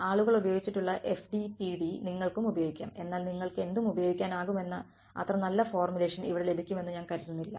ആളുകൾ ഉപയോഗിച്ചിട്ടുള്ള FDTD നിങ്ങൾക്കും ഉപയോഗിക്കാം എന്നാൽ നിങ്ങൾക്ക് എന്തും ഉപയോഗിക്കാനാകുമെന്ന അത്ര നല്ല ഫോർമുലേഷൻ ഇവിടെ ലഭിക്കുമെന്ന് ഞാൻ കരുതുന്നില്ല